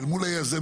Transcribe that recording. אל מול היזמים.